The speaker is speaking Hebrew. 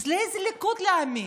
אז לאיזה ליכוד להאמין?